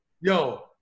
Yo